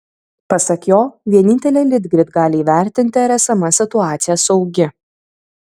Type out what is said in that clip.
pasak jo vienintelė litgrid gali įvertinti ar esama situacija saugi